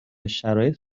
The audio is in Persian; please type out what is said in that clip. شرایط